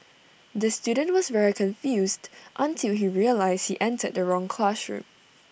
the student was very confused until he realised he entered the wrong classroom